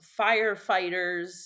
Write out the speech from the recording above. firefighters